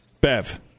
Bev